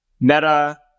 Meta